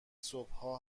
صبحها